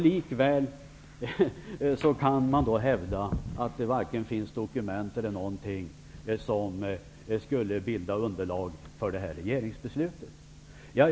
Likväl hävdar man att det inte finns dokument som skulle bilda underlag för det här regeringsbeslutet.